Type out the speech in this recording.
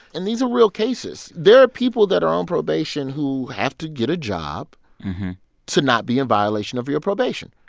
and these are real cases. there are people that are on um probation who have to get a job to not be in violation of your probation.